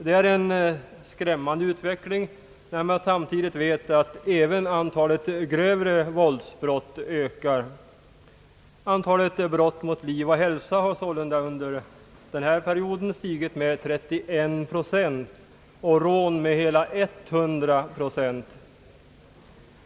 Den utvecklingen är skrämmande när man samtidigt vet att antalet grövre våldsbrott också ökar. Antalet brott mot liv och hälsa steg sålunda under perioden med 31 procent och antalet rån med hela 100 procent.